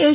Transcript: S